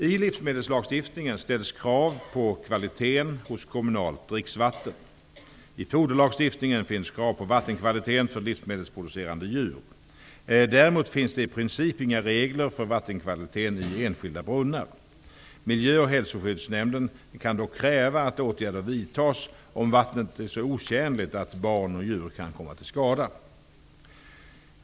I livsmedelslagstiftningen ställs krav på kvaliteten hos kommunalt dricksvatten. I foderlagstiftningen finns krav på vattenkvaliteten för livsmedelsproducerande djur. Däremot finns det i princip inga regler för vattenkvaliteten i enskilda brunnar. Miljö och hälsoskyddsnämnden kan dock kräva att åtgärder vidtas om vattnet är så otjänligt att barn och djur kan komma till skada.